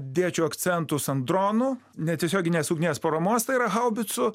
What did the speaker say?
dėčiau akcentus ant dronų netiesioginės ugnies paramos tai yra haubicų